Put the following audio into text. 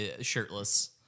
shirtless